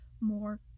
more